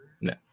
No